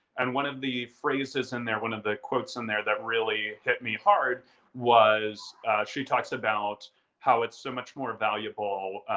and one of the phrases in there, one of the quotes in there that really hit me hard was she talks about how it's so much more valuable,